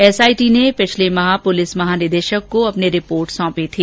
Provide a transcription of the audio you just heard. SIT ने पिछले माह पुलिस महानिदेशक को अपनी रिपोर्ट सौंपी थी